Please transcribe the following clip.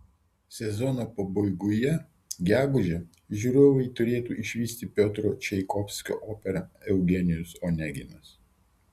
sezono pabaigoje gegužę žiūrovai turėtų išvysti piotro čaikovskio operą eugenijus oneginas